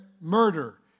murder